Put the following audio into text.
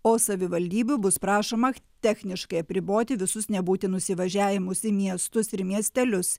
o savivaldybių bus prašoma techniškai apriboti visus nebūtinus įvažiavimus į miestus ir miestelius